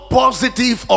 positive